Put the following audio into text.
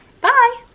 bye